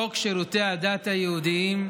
חוק שירותי הדת היהודיים,